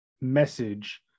message